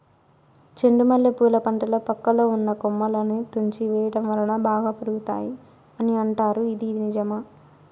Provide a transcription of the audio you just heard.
చెండు మల్లె పూల పంటలో పక్కలో ఉన్న కొమ్మలని తుంచి వేయటం వలన బాగా పెరుగుతాయి అని అంటారు ఇది నిజమా?